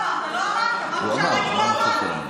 אם לא אמרת אז לא אמרת.